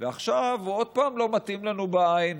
ועכשיו הוא עוד פעם לא מתאים לנו בעין,